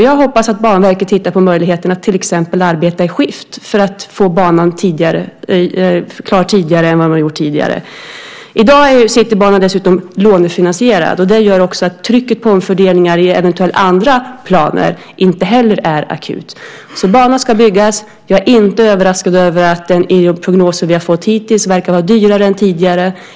Jag hoppas att Banverket tittar på möjligheten att till exempel arbeta i skift för att få banan klar tidigare. I dag är Citybanan dessutom lånefinansierad, och det gör att trycket på omfördelningar i eventuellt andra planer inte heller är akut. Banan ska byggas. Jag är inte överraskad över att den i de prognoser vi har fått hittills verkar vara dyrare än tidigare.